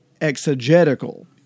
exegetical